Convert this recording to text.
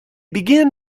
began